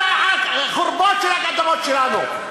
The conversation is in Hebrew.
על החורבות והאדמות שלנו.